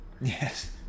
Yes